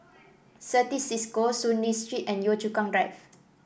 Certis Cisco Soon Lee Street and Yio Chu Kang Drive